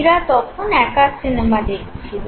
এঁরা তখন একা সিনেমা দেখছিলো